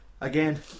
Again